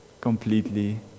completely